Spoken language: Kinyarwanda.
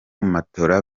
matola